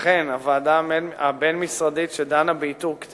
פורסם כי גופי המיסיון הפועלים בישראל מנסים להפעיל בתי-תמחוי